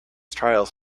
trials